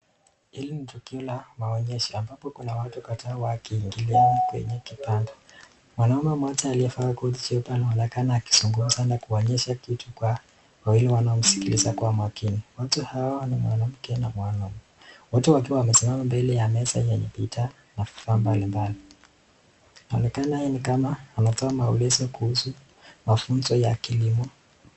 Hili ni tukio la maonyesho ambapo kuna watu wata wakiingilia kwenye kitanda. Mwanaume mmoja aliyefaa koti jeupe anaonekana akizungumza na kuonyesha kitu kwa wawili wanaomsikiliza kwa makini. Watu hao ni mwanamke na mwanaume. Wote wakiwa wamesimama mbele ya meza yenye picha na vifaa mbalimbali. Anaonekana yeye ni kama anatoa maulizo kuhusu mafunzo ya kilimo.